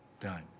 done